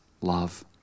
love